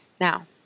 Now